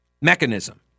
mechanism